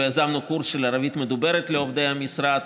אלו כמה דוגמאות שמדברות על מקרים שבהם הילד במשפחה חולה